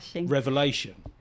revelation